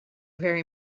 very